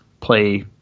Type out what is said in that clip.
play